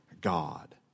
God